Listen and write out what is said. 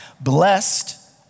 Blessed